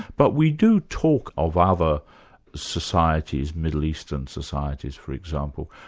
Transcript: but we do talk of other societies, middle eastern societies for example,